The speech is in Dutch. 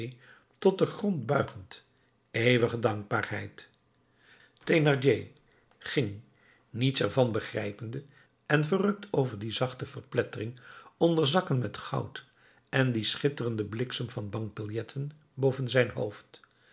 tot den grond buigend eeuwige dankbaarheid thénardier ging niets ervan begrijpende en verrukt over die zachte verplettering onder zakken met goud en dien schitterenden bliksem van bankbiljetten boven zijn hoofd